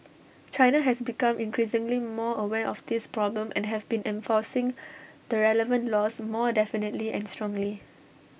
China has become increasingly more aware of this problem and have been enforcing the relevant laws more definitely and strongly